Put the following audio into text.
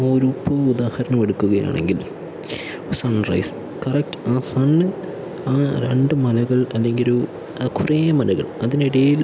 ഒരു പൂ ഉദാഹരണം എടുക്കുകയാണെങ്കിൽ സൺറൈസ് കറക്റ്റ് ആ സൺ ആ രണ്ട് മലകൾ അല്ലെങ്കിൽ ഒരു കുറേ മലകൾ അതിനിടയിൽ